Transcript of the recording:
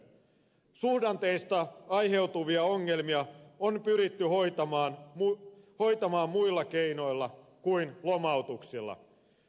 suhdanteista aiheutuvia ongelmia on pyrittävä hoitamaan muilla keinoin kuin lomautuksilla